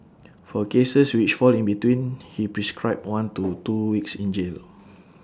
for cases which fall in between he prescribed one to two weeks in jail